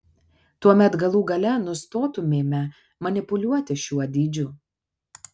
tuomet galų gale nustotumėme manipuliuoti šiuo dydžiu